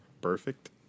perfect